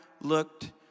looked